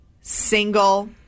single